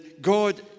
God